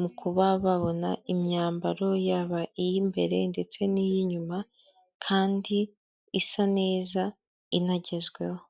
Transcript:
mu kuba babona imyambaro yaba iy'imbere ndetse n'iy'inyuma kandi isa neza inagezweho.